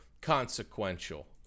consequential